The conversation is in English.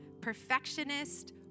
perfectionist